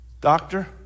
doctor